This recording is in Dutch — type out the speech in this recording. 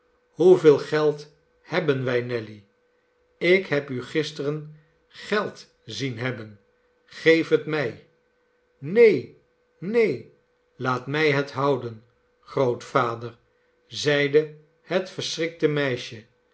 hoeveel geld hebben wij nelly ik heb u gisteren geld zien hebben geef het mij neen neen laat mij het houden grootvader zeide het verschrikte meisje